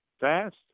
fast